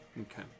okay